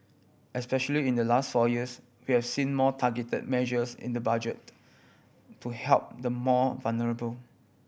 especially in the last four years we have seen more targeted measures in the Budget to help the more vulnerable